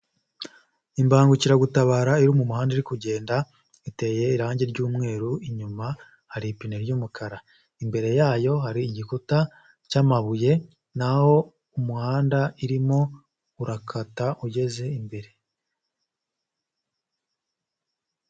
Imbangukiragutabara iri mu muhanda iri kugenda, iteye irangi ry'umweru, inyuma hari ipine ry'umukara, imbere yayo hari igikuta cy'amabuye naho umuhanda irimo urakata ugeze imbere.